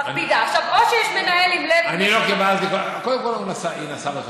עכשיו, או שיש מנהל עם לב, קודם כול, היא נסעה.